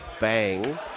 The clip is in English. bang